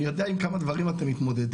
אני יודע עם כמה דברים אתם מתמודדים.